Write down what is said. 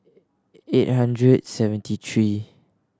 eight hundred seventy three